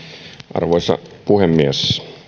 arvoisa puhemies